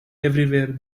everywhere